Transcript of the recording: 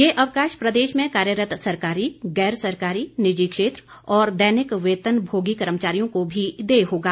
ये अवकाश प्रदेश में कार्यरत सरकारी गैर सरकारी निजी क्षेत्र और दैनिक वेतन भोगी कर्मचारियों को भी देय होगा